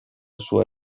sua